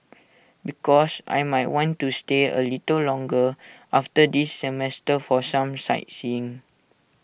because I might want to stay A little longer after this semester for some sightseeing